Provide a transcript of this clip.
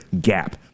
gap